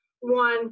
one